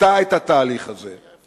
תקטע את התהליך הזה.